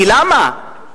ולמה?